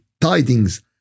tidings